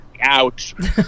out